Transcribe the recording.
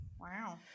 Wow